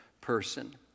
person